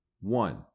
one